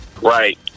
right